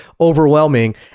overwhelming